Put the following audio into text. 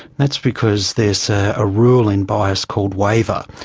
that's because there's a rule in bias called waiver,